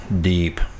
deep